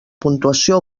puntuació